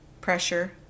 Pressure